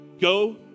go